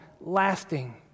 lasting